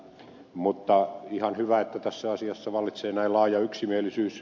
mutta on ihan hyvä että tässä asiassa vallitsee näin laaja yksimielisyys